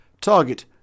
Target